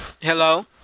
Hello